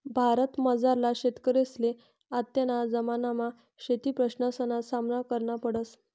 भारतमझारला शेतकरीसले आत्तेना जमानामा शेतीप्रश्नसना सामना करना पडस